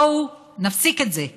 בואו נפסיק את זה.